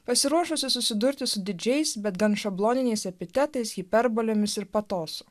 pasiruošusi susidurti su didžiais bet gan šabloniniais epitetais hiperbolėmis ir patosu